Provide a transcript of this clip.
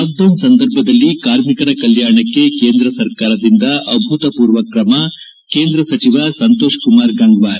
lockdown ಸಂದರ್ಭದಲ್ಲಿ ಕಾರ್ಮಿಕರ ಕಲ್ಯಾಣಕ್ಕೆ ಕೇಂದ್ರ ಸರ್ಕಾರದಿಂದ ಅಭೂತಪೂರ್ವ ಕ್ರಮ ಕೇಂದ್ರ ಸಚಿವ ಸಂತೋಷ್ ಕುಮಾರ್ ಗಂಗ್ವಾರ್